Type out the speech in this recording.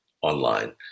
online